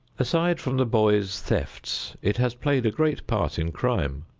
aside from the boys' thefts it has played a great part in crime.